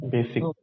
Basic